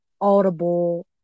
Audible